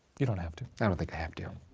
you don't have to. i don't think i have to.